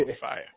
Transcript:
fire